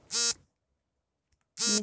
ನಿಧಿ ವರ್ಗಾವಣೆಯ ವೇಗವಾದ ವಿಧಾನ ಯಾವುದು?